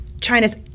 China's